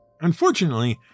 Unfortunately